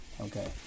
Okay